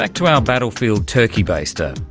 like to our battlefield turkey baster.